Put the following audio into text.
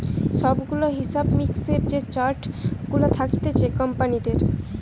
সব গুলা হিসাব মিক্সের যে চার্ট গুলা থাকতিছে কোম্পানিদের